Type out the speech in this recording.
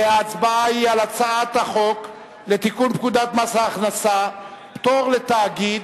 ההצבעה היא על הצעת החוק לתיקון פקודת מס ההכנסה (פטור לתאגיד